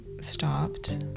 stopped